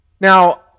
Now